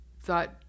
thought